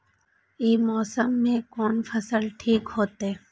ई मौसम में कोन फसल ठीक होते?